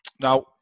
Now